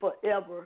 forever